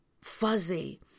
fuzzy